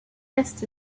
est